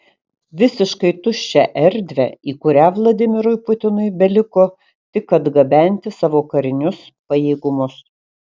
visiškai tuščią erdvę į kurią vladimirui putinui beliko tik atgabenti savo karinius pajėgumus